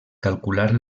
calcular